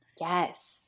Yes